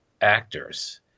actors